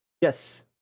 yes